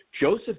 Joseph